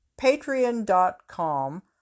patreon.com